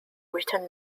written